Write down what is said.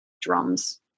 drums